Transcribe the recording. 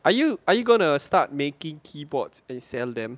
are you are you going to start making keyboards and sell them